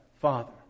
father